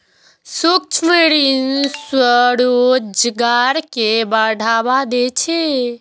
सूक्ष्म ऋण स्वरोजगार कें बढ़ावा दै छै